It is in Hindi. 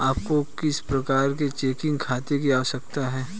आपको किस प्रकार के चेकिंग खाते की आवश्यकता है?